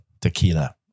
tequila